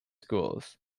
schools